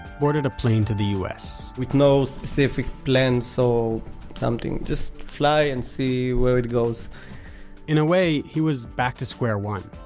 boarded a plane to the us with no specific plans or so something. just fly and see where it goes in a way, he was back to square one,